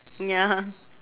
ya